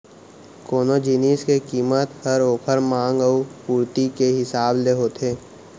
कोनो जिनिस के कीमत हर ओकर मांग अउ पुरती के हिसाब ले होथे